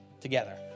together